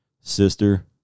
sister